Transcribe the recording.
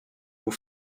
vous